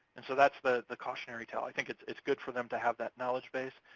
and so that's the the cautionary tale. i think it's it's good for them to have that knowledge base,